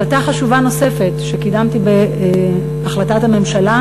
החלטה חשובה נוספת שקידמתי בהחלטת הממשלה